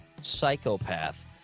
psychopath